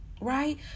right